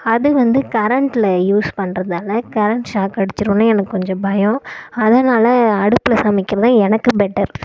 அது வந்து கரண்டில் யூஸ் பண்ணுறதால கரண்ட் சாக் அடிச்சுருன்னு எனக்கு கொஞ்சம் பயம் அதனால அடுப்பில சமைக்கிறதுதான் எனக்கு பெட்டர்